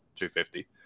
250